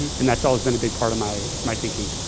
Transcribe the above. and that's always been a big part of my my thinking.